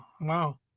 wow